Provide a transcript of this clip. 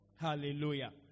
Hallelujah